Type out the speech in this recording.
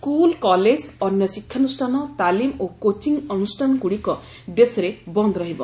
school college ଅନ୍ୟ ଶିକ୍ଷାନୁଷ୍ଠାନ ତାଲିମ ଓ କୋଚିଂ ଅନୁଷ୍ଠାନଗୁଡ଼ିକ ଦେଶରେ ବନ୍ଦ ରହିବ